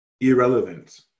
irrelevant